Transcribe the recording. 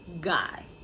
guy